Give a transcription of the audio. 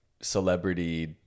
celebrity